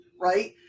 right